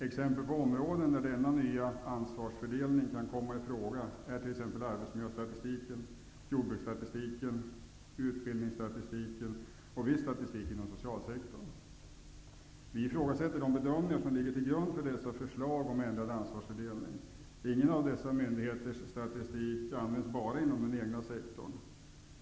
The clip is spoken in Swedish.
Exempel på områden där denna nya ansvarsfördelning kan komma i fråga är arbetsmiljöstatistiken, jordbruksstatistiken, utbildningsstatistiken och viss statistik inom socialsektorn. Vi ifrågasätter de bedömningar som ligger till grund för dessa förslag om ändrad ansvarsfördelning. Ingen av dessa myndigheters statistik används bara inom den egna sektorn.